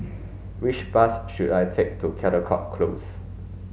which bus should I take to Caldecott Close